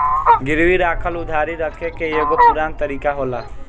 गिरवी राखल उधारी रखे के एगो पुरान तरीका होला